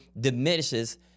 diminishes